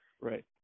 right